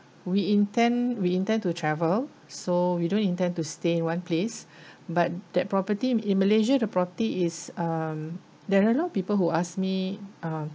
we intend we intend to travel so you don't intend to stay in one place but that property in malaysia the property is um there are a lot of people who ask me um